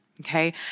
Okay